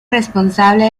responsable